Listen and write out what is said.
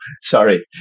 sorry